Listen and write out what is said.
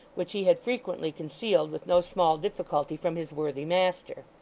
which he had frequently concealed with no small difficulty from his worthy master.